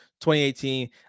2018